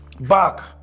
back